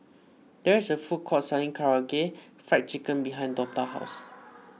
there is a food court selling Karaage Fried Chicken behind Dortha's house